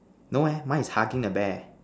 no eh mine is hugging the bear